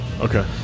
Okay